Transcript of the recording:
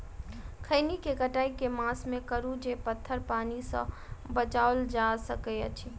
खैनी केँ कटाई केँ मास मे करू जे पथर पानि सँ बचाएल जा सकय अछि?